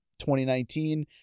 2019